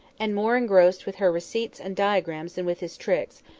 and more engrossed with her receipts and diagrams than with his tricks,